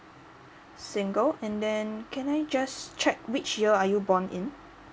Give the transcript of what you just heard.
single and then can I just check which year are you born in